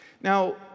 Now